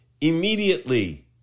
Immediately